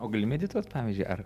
o gali medituot pavyzdžiui ar